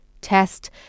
test